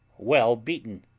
well beaten,